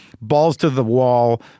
balls-to-the-wall